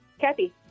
Kathy